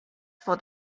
for